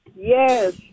Yes